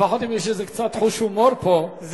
לפחות אם יש איזה קצת חוש הומור פה,